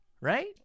right